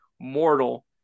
mortal